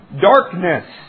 darkness